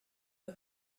der